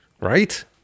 right